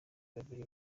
babiri